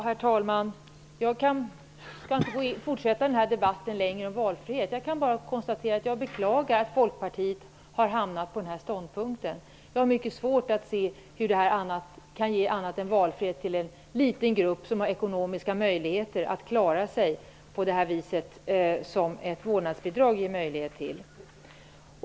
Herr talman! Jag skall inte fortsätta den här debatten om valfrihet längre. Jag beklagar att Folkpartiet har hamnat vid den här ståndpunkten. Jag har mycket svårt att se hur detta kan ge valfrihet annat än till en liten grupp som har ekonomiska möjligheter att klara sig på det vis som ett vårdnadsbidrag ger möjlighet till.